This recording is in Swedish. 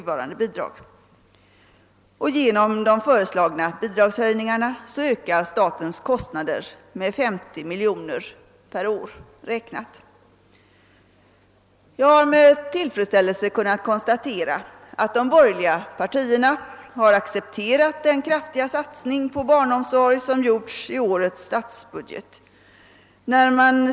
Ge nom de föreslagna bidragshöjningarna ökar statens kostnader med 50 miljoner kronor per år. Jag har med tillfredsställelse kunnat konstatera att de borgerliga partierna har accepterat den kraftiga satsning på barnomsorg som gjorts i årets statsbudget.